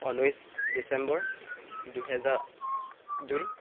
ঊনৈছ ডিচেম্বৰ দুহেজাৰ দুই